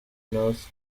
north